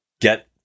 get